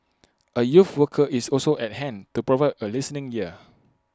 A youth worker is also at hand to provide A listening ear